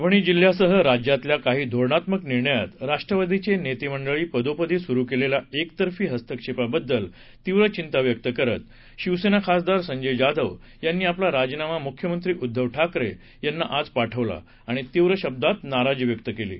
परभणी जिल्ह्यासह राज्यातील काही धोरणात्मक निर्णयात राष्ट्रवादीच्या नेते मंडळींनी पदोपदी सुरू केलेल्या एकतर्फी हस्तक्षेपाबद्दल तीव्र घिंता व्यक्त करत शिवसेना खासदार संजय जाधव यांनी आपला राजीनामा मुख्यमंत्री उद्दव ठाकरे यांना आज पाठवला आणि तीव्र शब्दात नाराजी व्यक्त केली आहे